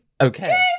Okay